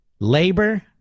labor